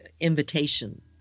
invitation